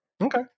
Okay